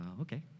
okay